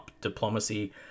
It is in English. diplomacy